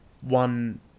one